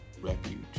Refuge